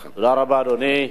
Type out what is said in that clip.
תודה רבה, אדוני.